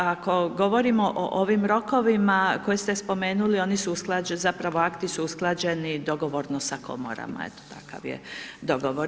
Ako govorimo o ovim rokovima koje ste spomenuli, oni su, zapravo akti su usklađeni dogovorno sa Komorama, eto takav je dogovor.